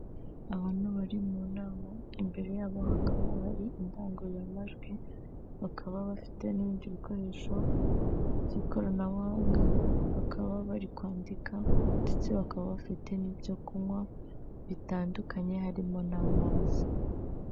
Abantu bari mu nama imbere yabo hakaba hari indangururamajwi bakaba bafite n'ibindi bikoresho by'ikoranabuhanga, bakaba bari kwandika ndetse bakaba bafite n'ibyo kunywa bitandukanye harimo n'amazi.